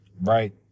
right